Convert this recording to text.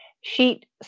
sheet